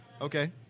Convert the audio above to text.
Okay